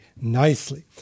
nicely